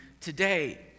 today